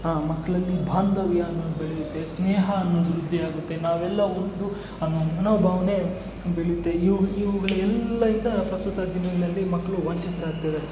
ಹಾಂ ಮಕ್ಕಳಲ್ಲಿ ಬಾಂಧವ್ಯ ಅನ್ನೋದು ಬೆಳೆಯುತ್ತೆ ಸ್ನೇಹ ಅನ್ನೋದು ವೃದ್ಧಿ ಆಗುತ್ತೆ ನಾವೆಲ್ಲ ಒಂದು ಅನ್ನೋ ಮನೋಭಾವನೆ ಬೆಳೆಯುತ್ತೆ ಇವ್ಗಳು ಇವ್ಗಳು ಎಲ್ಲೆಯಿಂದ ಪ್ರಸ್ತುತ ದಿನಗಳಲ್ಲಿ ಮಕ್ಕಳು ವಂಚಿತರಾಗ್ತಾಯಿದ್ದಾರೆ